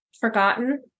forgotten